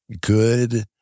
good